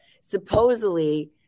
Supposedly